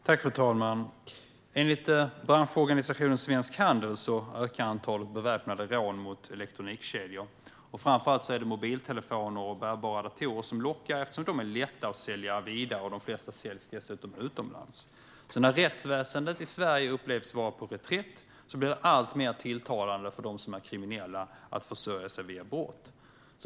Fru talman! Enligt branschorganisationen Svensk Handel ökar antalet beväpnade rån mot elektronikkedjor. Framför allt är det mobiltelefoner och bärbara datorer som lockar, eftersom de är lätta att sälja vidare. De flesta säljs dessutom utomlands. När rättsväsendet i Sverige upplevs vara på reträtt blir det alltmer tilltalande för dem som är kriminella att försörja sig via brott.